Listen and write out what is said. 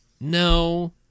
No